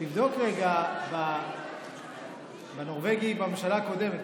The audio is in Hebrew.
תבדוק רגע בנורבגי בממשלה הקודמת,